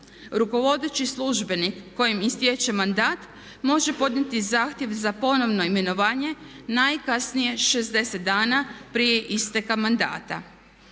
Rukovodeći službenik kojem istječe mandat može podnijeti zahtjev za ponovno imenovanje najkasnije 60 dana prije isteka mandata.